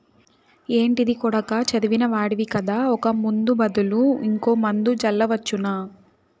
ఏంటిది కొడకా చదివిన వాడివి కదా ఒక ముందు బదులు ఇంకో మందు జల్లవచ్చునా